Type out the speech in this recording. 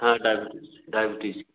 हाँ diabetes diabetes